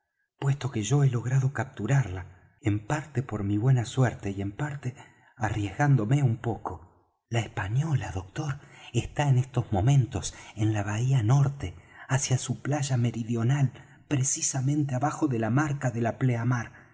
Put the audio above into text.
puesto que yo he logrado capturarla en parte por mi buena suerte y en parte arriesgándome un poco la española doctor está en estos momentos en la bahía norte hacia su playa meridional precisamente abajo de la marca de la pleamar